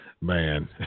man